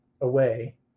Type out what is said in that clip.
away